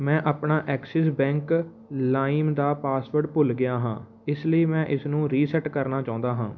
ਮੈਂ ਆਪਣਾ Axis Bank ਲਾਇਮ ਦਾ ਪਾਸਵਰਡ ਭੁੱਲ ਗਿਆ ਹਾਂ ਇਸ ਲਈ ਮੈਂ ਇਸਨੂੰ ਰੀਸੈਟ ਕਰਨਾ ਚਾਉਂਦਾ ਹਾਂ